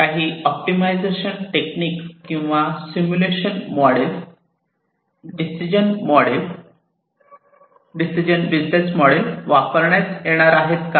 काही optimisation technique किंवा simulation model decision model वापरण्यात येणार आहेत काय